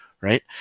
right